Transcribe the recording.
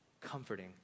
comforting